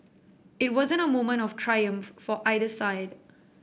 it wasn't a moment of triumph for either side